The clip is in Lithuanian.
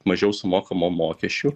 mažiau sumokama mokesčių